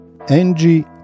Angie